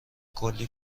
کلی